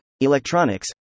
electronics